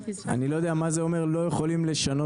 אני לא יודע מה זה אומר לא יכולים לשנות.